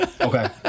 Okay